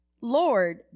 Lord